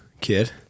kid